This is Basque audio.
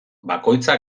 bakoitza